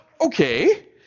okay